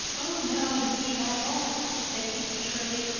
oh, no, indeed, i won't, said anne eagerly.